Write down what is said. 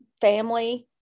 family